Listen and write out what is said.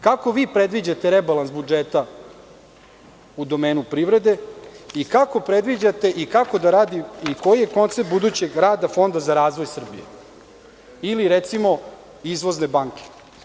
Kako vi predviđate rebalans budžeta u domenu privrede i kako predviđate i kako da radi i koji je koncept budućeg rada Fonda za razvoj Srbije ili, recimo, Izvozne banke?